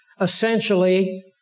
essentially